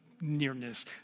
nearness